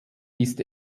ist